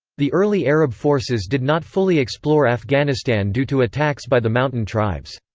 the early arab forces did not fully explore afghanistan due to attacks by the mountain tribes.